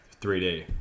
3D